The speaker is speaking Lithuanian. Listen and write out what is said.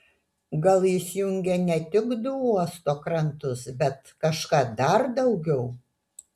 gal jis jungė ne tik du uosto krantus bet kažką dar daugiau